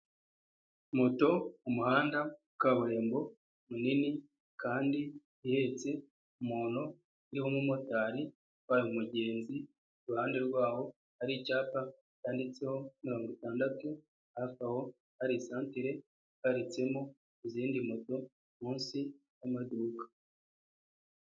Moto ku muhanda wa kabuyerimbo munini kandi ihetse umuntu iriho umumotari utwara umugenzi, iruhande rwawo hari icyapa cyanditseho mirongo itandatu, hafi aho hari isantere iparitsemo izindi moto munsi y'amaduka.